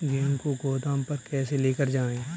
गेहूँ को गोदाम पर कैसे लेकर जाएँ?